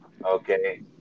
Okay